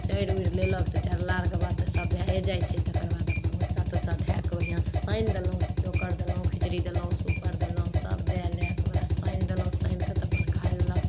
चरि उरि लेलक तऽ चरला आरके बाद सब भैए जाइ छै तऽ तकर बाद भुस्सा तुस्सा धै कऽ अपन बढ़िआँसे साइन देलहुँ चोकर देलहुँ खिचड़ी देलहुँ सुपर देलहुँ सब दै लै कऽ ओकरा साइन देलहुँ साइनकऽ तऽ ओकरा खा लेलक